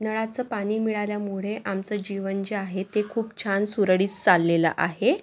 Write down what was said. नळाचं पाणी मिळाल्यामुळे आमचं जीवन जे आहे ते खूप छान सुरळीत चाललेलं आहे